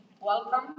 Welcome